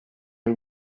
y’u